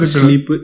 sleep